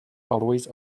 always